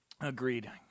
Agreed